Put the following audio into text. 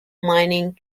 mining